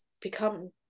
become